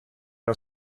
der